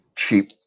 cheap